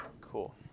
Cool